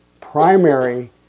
primary